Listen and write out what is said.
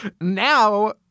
now